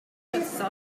with